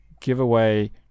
giveaway